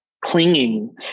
clinging